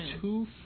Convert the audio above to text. two